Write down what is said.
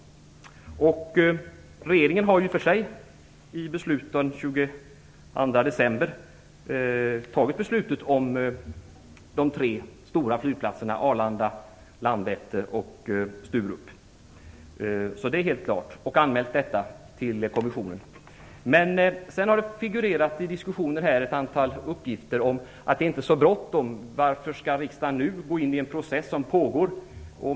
Regeringen har i och för sig den 22 december fattat beslutet om de tre stora flygplatserna Arlanda, Landvetter och Sturup. Det är helt klart och man har anmält detta till kommissionen. Men i diskussionen här har det figurerat ett antal uppgifter om att det inte är så bråttom. Varför skall riksdagen nu gå in i en process som pågår?